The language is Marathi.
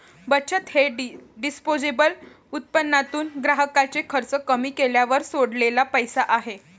बचत हे डिस्पोजेबल उत्पन्नातून ग्राहकाचे खर्च कमी केल्यावर सोडलेला पैसा आहे